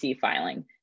filing